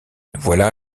voilà